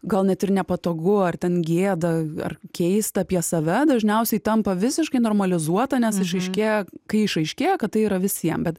gal net ir nepatogu ar ten gėda ar keista apie save dažniausiai tampa visiškai normalizuota nes išaiškėja kai išaiškėja kad tai yra visiem bet